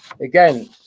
again